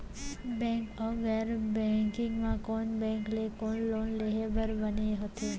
Bank अऊ गैर banking म कोन बैंक ले लोन लेहे बर बने होथे?